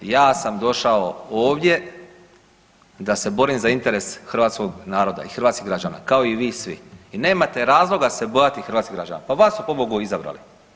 Ja sam došao ovdje da se borim za interes hrvatskog naroda i hrvatskih građana kao i vi svi i nemate razloga se bojati hrvatskih građana, pa vas su, pobogu, izabrali.